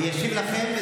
הוא ישיב לכם,